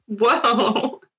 whoa